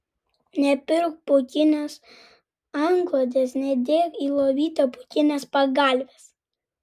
nepirk pūkinės antklodės nedėk į lovytę pūkinės pagalvės